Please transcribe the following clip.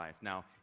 Now